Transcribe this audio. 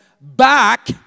back